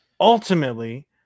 ultimately